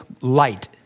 light